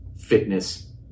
fitness